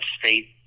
state